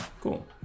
cool